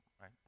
right